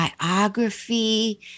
biography